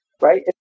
right